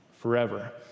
forever